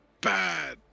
bad